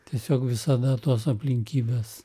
tiesiog visada tos aplinkybės